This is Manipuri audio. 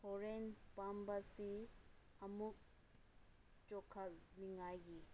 ꯍꯣꯔꯦꯟ ꯄꯥꯝꯕꯤꯁꯤ ꯑꯃꯨꯛ ꯆꯣꯡꯈꯠꯅꯤꯡꯉꯥꯏꯒꯤ